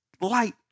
light